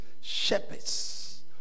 shepherds